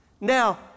Now